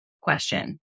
question